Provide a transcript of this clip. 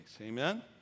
Amen